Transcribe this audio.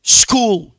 school